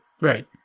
Right